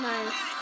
Nice